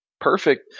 Perfect